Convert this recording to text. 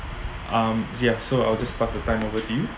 um ya so I'll just pass the time over to you